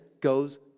goes